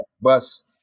bus